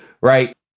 right